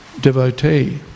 devotee